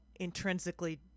intrinsically